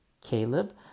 Caleb